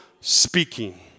speaking